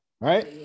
right